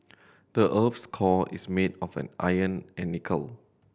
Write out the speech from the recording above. the earth's core is made of an iron and nickel